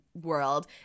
world